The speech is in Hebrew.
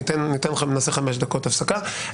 נעשה חמש דקות הפסקה.